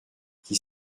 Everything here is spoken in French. qui